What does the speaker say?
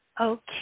Okay